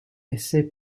essaie